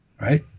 right